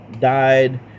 died